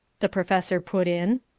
the professor put in,